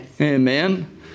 Amen